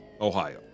Ohio